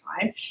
time